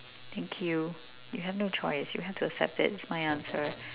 thank you you have no choice you have to accept it it's my answer